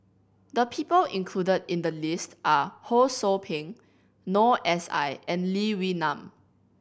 the people included in the list are Ho Sou Ping Noor S I and Lee Wee Nam